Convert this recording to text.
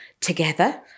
together